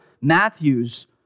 Matthew's